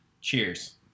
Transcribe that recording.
cheers